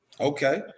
Okay